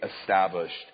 established